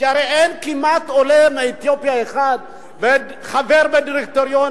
כי הרי אין כמעט עולה אחד מאתיופיה חבר בדירקטוריון,